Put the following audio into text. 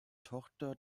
tochter